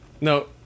no